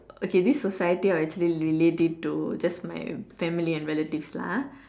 okay this society I'll actually just limit it to just my family and relative lah ah